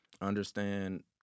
Understand